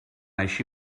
així